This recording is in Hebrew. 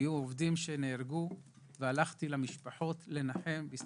היו עובדים שנהרגו והלכתי לנחם את המשפחות,